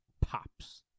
Pops